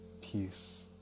Peace